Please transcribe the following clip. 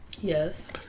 Yes